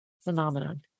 phenomenon